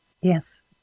Yes